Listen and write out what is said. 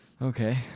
Okay